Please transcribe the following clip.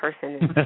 person